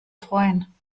freuen